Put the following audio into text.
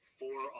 four